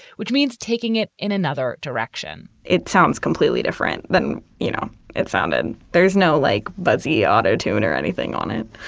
which means taking it in another direction it sounds completely different than you know it sounded. there's no like buzzy auto tune or anything on it.